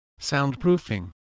soundproofing